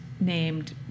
named